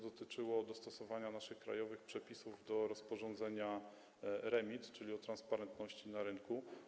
Dotyczyło to dostosowania naszych krajowych przepisów do rozporządzenia REMIT w sprawie transparentności na rynku.